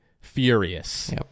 furious